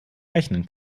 rechnen